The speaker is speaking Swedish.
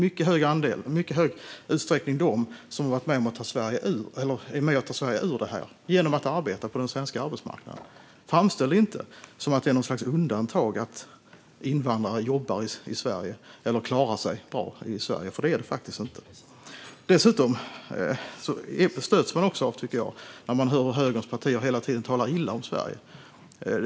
Det är i mycket stor utsträckning dessa människor som är med och tar Sverige ur detta genom att arbeta på den svenska arbetsmarknaden. Framställ det inte som att det är något slags undantag att invandrare jobbar i Sverige eller klarar sig bra i Sverige, för det är det faktiskt inte. Dessutom blir man stött när man hör högerns partier hela tiden tala illa om Sverige.